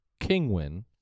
Kingwin